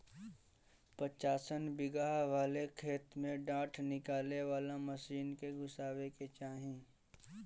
पचासन बिगहा वाले खेत में डाँठ निकाले वाला मशीन के घुसावे के चाही